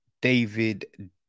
David